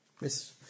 Miss